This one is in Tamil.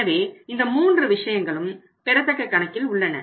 எனவே இந்த மூன்று விஷயங்களும் பெறத்தக்க கணக்கில் உள்ளன